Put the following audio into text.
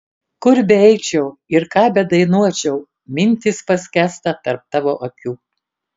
kur beeičiau ir ką bedainuočiau mintys paskęsta tarp tavo akių